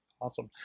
Awesome